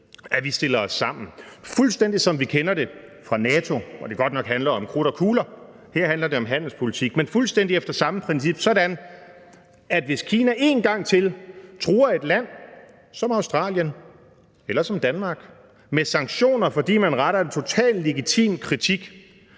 efter samme princip, som vi kender det fra NATO, hvor det godt nok handler om krudt og kugler, mens det her handler om handelspolitik, sådan at der, hvis Kina en gang til truer et land som Australien eller som Danmark med sanktioner, fordi man retter en total legitim kritik